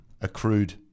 accrued